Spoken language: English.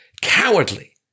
cowardly